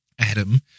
Adam